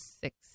six